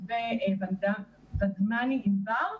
מתווה ודמני-ענבר,